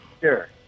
Sure